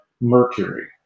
Mercury